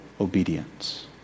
obedience